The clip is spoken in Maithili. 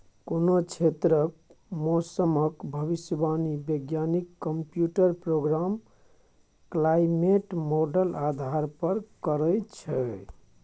कोनो क्षेत्रक मौसमक भविष्यवाणी बैज्ञानिक कंप्यूटर प्रोग्राम क्लाइमेट माँडल आधार पर करय छै